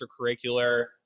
extracurricular